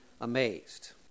amazed